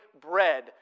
bread